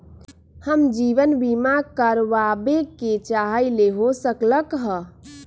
हम जीवन बीमा कारवाबे के चाहईले, हो सकलक ह?